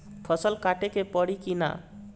फसल काटे के परी कि न?